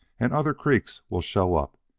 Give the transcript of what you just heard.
and other creeks will show up.